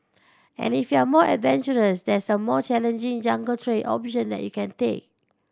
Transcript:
and if you're more adventurous there's a more challenging jungle trail option that you can take